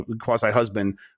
quasi-husband